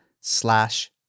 slash